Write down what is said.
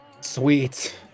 sweet